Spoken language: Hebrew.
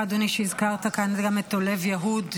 שהזכרת כאן גם את דולב יהוד,